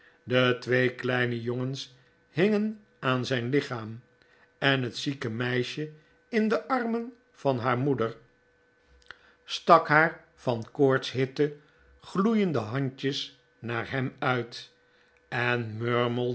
de twee kleine jongens hingen aan zijn lichaam en het zieke meisje in de armen van haar moeder stak naar van koortshitte gloeiende handjes naar hem uit r en